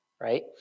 right